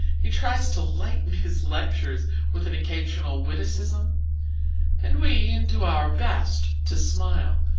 he tries to lighten his lectures with an occasional witticism and we do our best to smile,